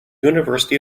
university